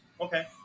Okay